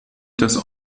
das